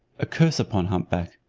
a curse upon hump-back.